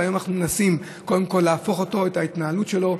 והיום אנחנו מנסים קודם כול להפוך את ההתנהלות שלו,